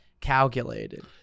calculated